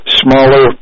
smaller